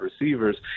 receivers